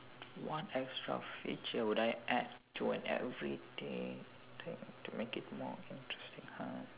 what extra feature would I add to an everyday thing to to make it more interesting !huh!